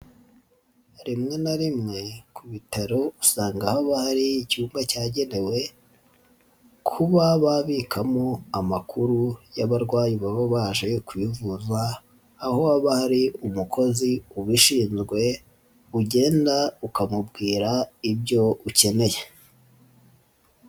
Rimwe na rimwe ku bitaro usanga haba hari icyumba cyagenewe kuba babikamo amakuru y'abarwayi baba baje kwivuza aho aba umukozi ubishinzwe ugenda ukamubwira ibyo ukeneye.